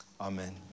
amen